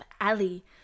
Ali